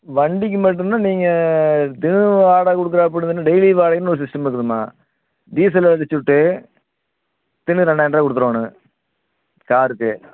வண்டிக்கு மட்டும்தான் நீங்கள் தினம் வாடகை குடுக்குறாப் அப்படிதானே டெயிலி வாடகைன்னு ஒரு சிஸ்டம் இருக்குதும்மா டீசல் அடிச்சிவிட்டு தினம் ரெண்டாயரம் ரூபா கொடுத்துடுவானுங்க காருக்கு